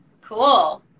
Cool